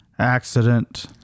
Accident